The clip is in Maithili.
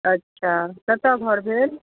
अच्छा कतऽ घर भेल